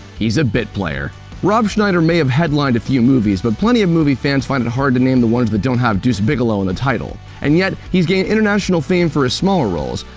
he's a bit player rob schneider may have headlined a few movies, but plenty of movie fans find it hard to name the ones that don't have deuce bigalow in the title. and yet, he's gained international fame for his smaller roles,